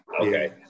Okay